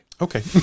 Okay